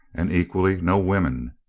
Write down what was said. and equally no women.